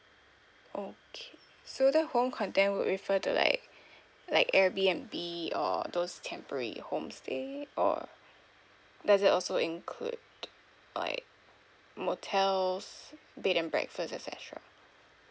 okay so the home content would refer to like like air B_N_B or those temporary home stay or does it also include like motels bed and breakfast et cetera